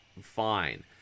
fine